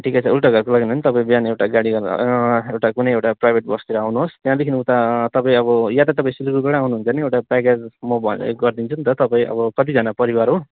ठिकै छ उल्टा घरको लागि हो भने तपाईँ बिहान एउटा गाडी गरेर एउटा कुनै एउटा प्राइभेट बसतिर आउनुहोस् त्यहाँदेखिन् उता तपाईँ अब या त तपाईँ सिलगढीबाटै आउनुहुन्छ भने एउटा प्याकेज म भनि ए गरिदिन्छु नि त तपाईँ अब कतिजना परिवार हो